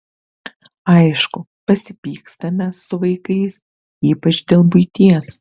aišku pasipykstame su vaikais ypač dėl buities